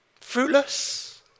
Fruitless